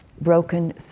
broken